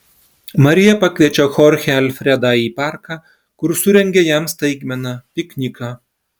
marija pakviečia chorchę alfredą į parką kur surengia jam staigmeną pikniką